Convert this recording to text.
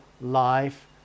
life